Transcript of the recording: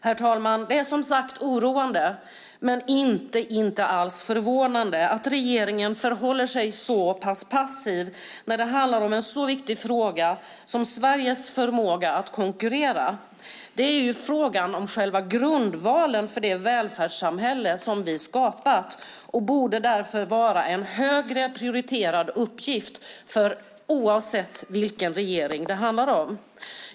Herr talman! Det är som sagt oroande men inte alls förvånande att regeringen förhåller sig så pass passiv när det handlar om en så viktig fråga som Sveriges förmåga att konkurrera. Det handlar om själva grundvalen för det välfärdssamhälle som vi skapat och borde därför vara en högre prioriterad uppgift för regeringen, oavsett vilken regering det handlar om.